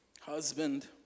husband